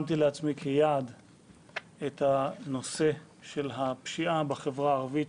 שמתי לעצמי כיעד את הנושא של הפשיעה בחברה הערבית,